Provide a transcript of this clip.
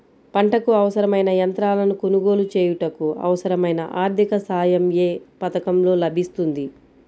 పంటకు అవసరమైన యంత్రాలను కొనగోలు చేయుటకు, అవసరమైన ఆర్థిక సాయం యే పథకంలో లభిస్తుంది?